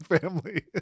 family